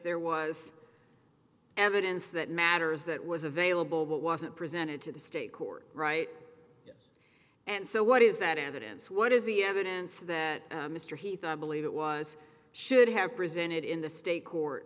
there was evidence that matters that was available but wasn't presented to the state court right and so what is that evidence what is the evidence that mr he thought believe it was should have presented in the state court